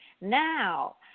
Now